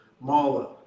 mala